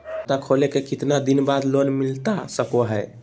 खाता खोले के कितना दिन बाद लोन मिलता सको है?